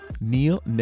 Neil